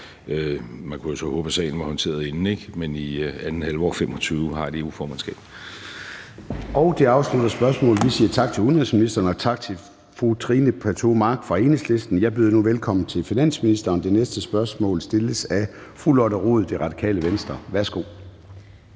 Man kunne jo så håbe, at sagen var håndteret inden, ikke? Kl. 13:05 Formanden (Søren Gade): Det afslutter spørgsmålet. Vi siger tak til udenrigsministeren og tak til fru Trine Pertou Mach fra Enhedslisten. Jeg byder nu velkommen til finansministeren, og det næste spørgsmål stilles af fru Lotte Rod, Radikale Venstre. Kl.